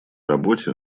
работе